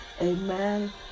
Amen